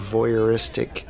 Voyeuristic